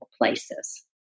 places